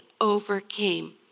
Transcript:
overcame